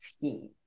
team